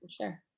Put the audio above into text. sure